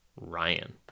Ryan